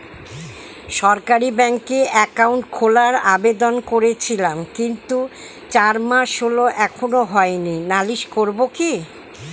সরকারি ব্যাংকে একাউন্ট খোলার আবেদন করেছিলাম কিন্তু চার মাস হল এখনো হয়নি নালিশ করব কি?